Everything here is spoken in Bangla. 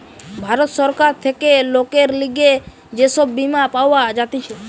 ভারত সরকার থেকে লোকের লিগে যে সব বীমা পাওয়া যাতিছে